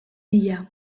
bila